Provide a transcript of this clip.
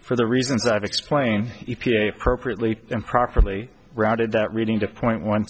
for the reasons i've explained e p a appropriately and properly routed that reading to point one